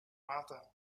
martha